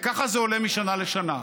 וככה זה עולה משנה לשנה.